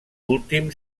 últim